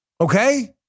Okay